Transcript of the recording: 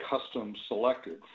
custom-selected